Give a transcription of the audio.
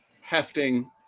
hefting